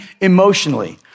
emotionally